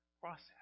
process